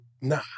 Nah